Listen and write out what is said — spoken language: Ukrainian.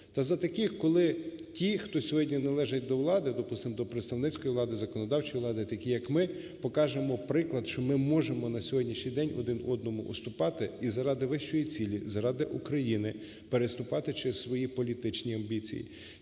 Та за таких, коли ті, хто сьогодні належить до влади, допустимо, до представницької влади, законодавчої влади такі, як ми, покажемо приклад, що ми можемо на сьогоднішній день один одному уступати і заради вищої цілі, заради України переступати через свої політичні амбіції,